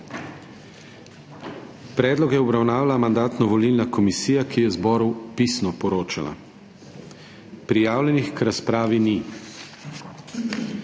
Predlog je obravnavala Mandatno-volilna komisija, ki je zboru pisno poročala. Prijavljenih k razpravi ni.